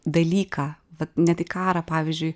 dalyką vat net į karą pavyzdžiui